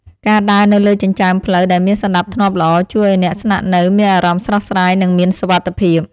ការដើរនៅលើចិញ្ចើមផ្លូវដែលមានសណ្តាប់ធ្នាប់ល្អជួយឱ្យអ្នកស្នាក់នៅមានអារម្មណ៍ស្រស់ស្រាយនិងមានសុវត្ថិភាព។